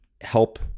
help